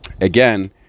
Again